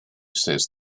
says